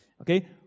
okay